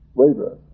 labor